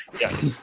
Yes